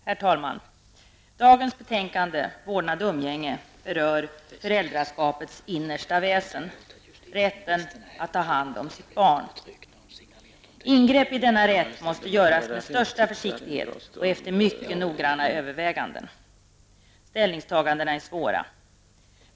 Herr talman! Dagens betänkande, Vårdnad och umgänge, berör föräldraskapets innersta väsen, rätten att få ta hand om sitt barn. Ingrepp i denna rätt måste göras med största försiktighet och efter mycket nogranna överväganden. Ställningstagandena är svåra.